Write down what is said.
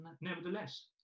nevertheless